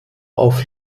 auf